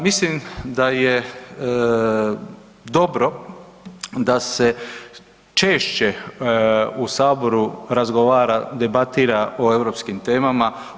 Mislim da je dobro da se češće u Saboru razgovara, debatira o europskim temama.